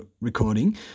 recording